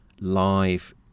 live